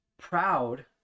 proud